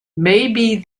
maybe